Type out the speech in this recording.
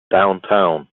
downtown